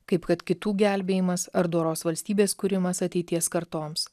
kaip kad kitų gelbėjimas ar doros valstybės kūrimas ateities kartoms